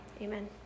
Amen